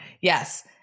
Yes